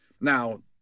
Now